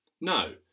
No